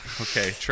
Okay